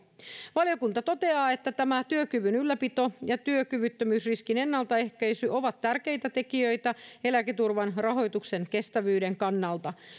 valiokunta toteaa että tämä työkyvyn ylläpito ja työkyvyttömyysriskin ennaltaehkäisy ovat tärkeitä tekijöitä eläketurvan rahoituksen kestävyyden kannalta